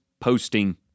posting